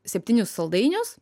septynis saldainius